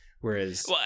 Whereas